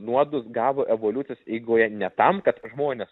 nuodus gavo evoliucijos eigoje ne tam kad žmones